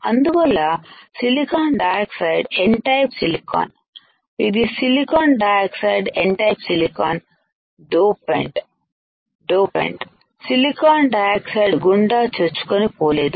అందువల్ల silicon dioxide N type silicon ఇదిసిలికాన్ dioxide N type silicon dopant silicon dioxide గుండా చొచ్చుకొని పోలేదు